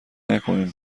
نکنین